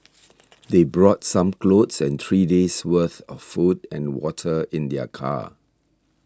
they brought some clothes and three days' worth of food and water in their car